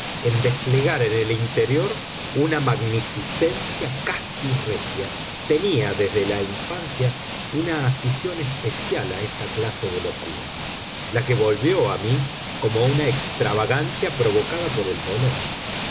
en desplegar en el interior una magnificencia casi regia tenía desde la infancia una afición especial a esta clase de locuras la que volvió a mí como una extravagancia provocada por el dolor